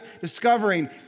discovering